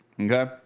okay